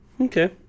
Okay